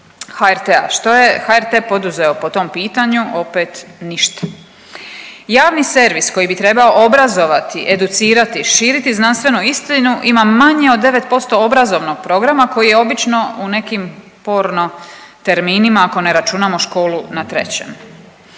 HRT-a. Što je HRT poduzeo po tom pitanju? Opet ništa. Javni servis koji bi trebao obrazovati, educirati, širiti znanstvenu istinu ima manje od 9% obrazovnog programa koji je obično u nekim porno terminima ako ne računamo Školu na trećem.